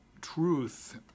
truth